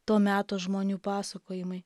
to meto žmonių pasakojimai